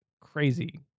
crazy